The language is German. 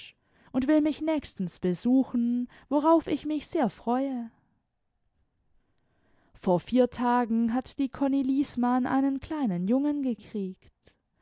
und will mich nächstens besuchen worauf ich mich sehr freue vor vier tagen hat die konni liesmann einen kleinen jungen gekriegt